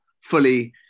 fully